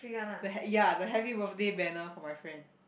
the ha~ ya the happy birthday banner for my friend